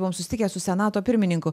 buvom susitikę su senato pirmininku